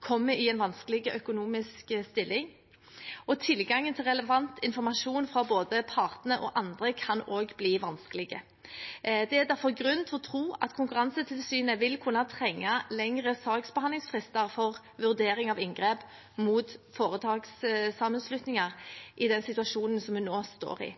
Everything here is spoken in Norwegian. kommer i en vanskelig økonomisk stilling. Tilgangen til relevant informasjon fra både partene og andre kan også bli vanskelig. Det er derfor grunn til å tro at Konkurransetilsynet vil kunne trenge lengre saksbehandlingsfrister for vurdering av inngrep mot foretakssammenslutninger i den situasjonen som vi nå står i.